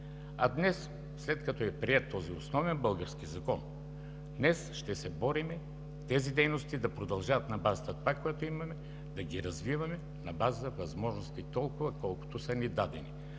тогава. След като е приет този основен български закон, днес ще се борим тези дейности да продължат на базата на това, което имаме, да ги развиваме на база възможности толкова, колкото са ни дадени.